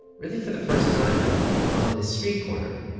really for the first time on this street corner,